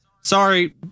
Sorry